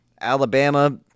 Alabama